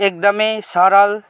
एकदमै सरल